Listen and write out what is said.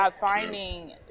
Finding